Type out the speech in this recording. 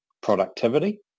productivity